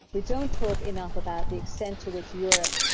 we don't talk enough about the extent to which europe,